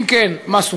2. אם כן, מה סוכם?